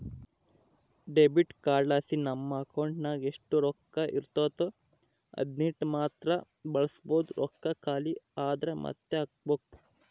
debit ಕಾರ್ಡ್ಲಾಸಿ ನಮ್ ಅಕೌಂಟಿನಾಗ ಎಷ್ಟು ರೊಕ್ಕ ಇರ್ತತೋ ಅದೀಟನ್ನಮಾತ್ರ ಬಳಸ್ಬೋದು, ರೊಕ್ಕ ಖಾಲಿ ಆದ್ರ ಮಾತ್ತೆ ಹಾಕ್ಬಕು